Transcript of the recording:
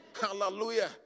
Hallelujah